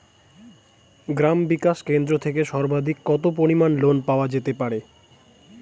গ্রাম বিকাশ কেন্দ্র থেকে সর্বাধিক কত পরিমান লোন পাওয়া যেতে পারে?